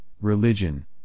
religion